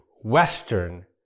Western